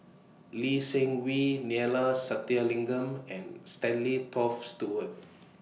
Lee Seng Wee Neila Sathyalingam and Stanley Toft Stewart